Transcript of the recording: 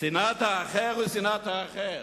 "שנאת האחר היא שנאת האחר,